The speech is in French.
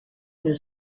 une